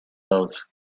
both